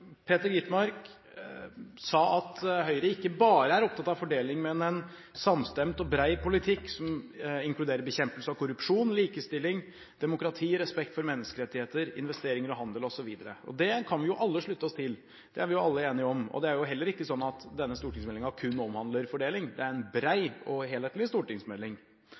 Peter Skovholt Gitmark sa at Høyre ikke bare er opptatt av fordeling, men av en samstemt og bred politikk som inkluderer bekjempelse av korrupsjon, likestilling, demokrati, respekt for menneskerettigheter, investeringer, handel osv. Det kan vi alle slutte oss til, det er vi alle enige om. Det er heller ikke sånn at denne stortingsmeldingen kun omhandler fordeling. Det er en bred og helhetlig stortingsmelding.